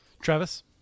Travis